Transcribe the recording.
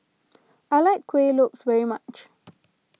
I like Kuih Lopes very much